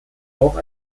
auch